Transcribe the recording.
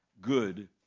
good